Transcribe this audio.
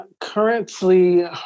currently